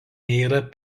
yra